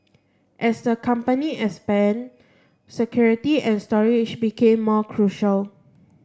as the company expanded security and storage became more crucial